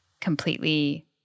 completely